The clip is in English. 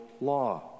law